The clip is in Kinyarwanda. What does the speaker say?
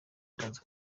ndaza